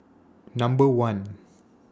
Number one